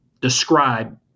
Describe